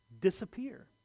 disappear